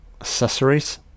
accessories